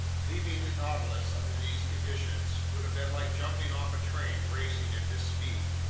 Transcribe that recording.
leaving the nautilus under these conditions would have been like jumping off a train racing at this speed,